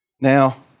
Now